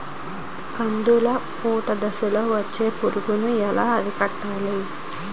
కందిలో పూత దశలో వచ్చే పురుగును ఎలా అరికట్టాలి?